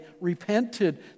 repented